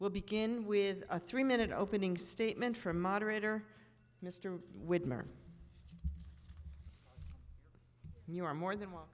will begin with a three minute opening statement from moderator mr widmer you are more than